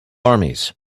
armies